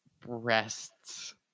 breasts